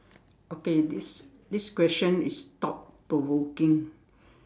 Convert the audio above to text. okay this this question is thought provoking